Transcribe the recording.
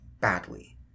badly